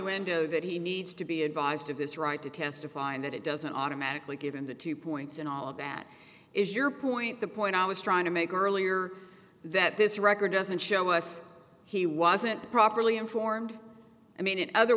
window that he needs to be advised of this right to testify and that it doesn't automatically give him the two points in all of that is your point the point i was trying to make earlier that this record doesn't show us he wasn't properly informed i mean in other